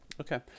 Okay